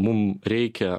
mum reikia